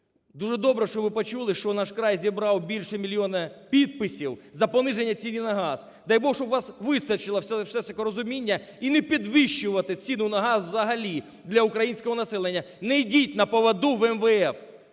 Дуже добре, що ви почули, що "Наш край" зібрав більше мільйона підписів за пониження ціни на газ. Дай Бог, щоб у вас вистачило все ж таки розуміння - і не підвищувати ціну на газ взагалі для українського населення. Не йдіть на поводу в МВФ!